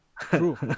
True